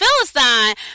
Philistine